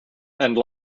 and